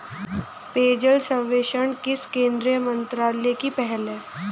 पेयजल सर्वेक्षण किस केंद्रीय मंत्रालय की पहल है?